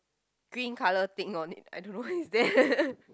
green colour thing on it I don't know what is that